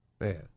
man